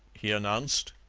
he announced.